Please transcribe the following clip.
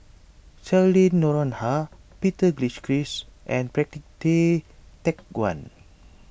Cheryl Noronha Peter Gilchrist and Patrick Tay Teck Guan